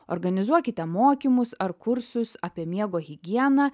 organizuokite mokymus ar kursus apie miego higieną